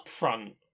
upfront